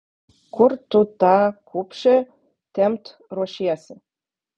kur tu tą kupšę tempt ruošiesi